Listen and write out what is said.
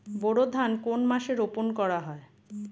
বোরো ধান কোন মাসে রোপণ করা হয়?